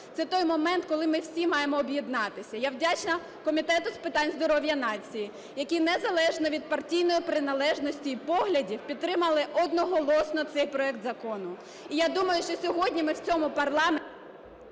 це той момент, коли ми всі маємо об'єднатися. Я вдячна Комітету з питань здоров'я нації, який незалежно від партійної приналежності і поглядів підтримали одноголосно цей проект закону. І я думаю, що сьогодні ми в цьому парламенті…